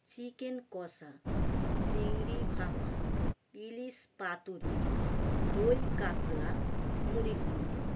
chicken কষা চিংড়ি ভাপা ইলিশ পাতুরি দই কাতলা মুড়ি ঘন্ট